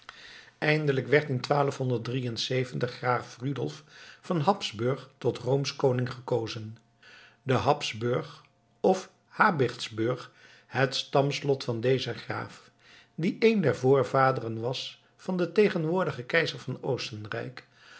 eindelijk werd in graaf rudolf van habsburg tot roomsch koning gekozen de habsburg of habichtsburg het stamslot van dezen graaf die één der voorvaderen was van den tegenwoordigen keizer van oostenrijk